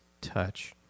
touch